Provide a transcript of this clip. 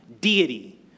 deity